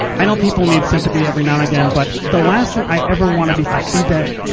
i know people need sympathy every now and again, but the last thing i ever wanna be perceive a,